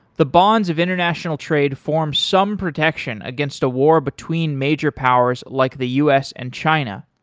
the bonds of international trade forms some protection against a war between major powers like the us and china,